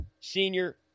senior